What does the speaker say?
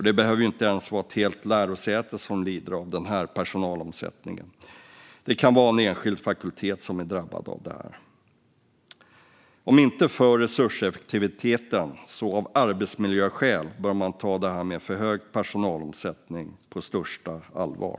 Det behöver ju inte ens vara ett helt lärosäte som lider av personalomsättning. Det kan vara en enskild fakultet som är drabbad av detta. Om inte för resurseffektiviteten bör man av arbetsmiljöskäl ta detta med för hög personalomsättning på största allvar.